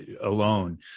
alone